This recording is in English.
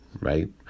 right